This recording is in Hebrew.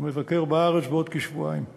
שיבקר בארץ בעוד כשבועיים,